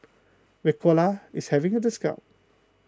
Ricola is having a discount